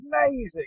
amazing